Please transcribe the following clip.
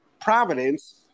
Providence